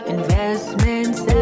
Investments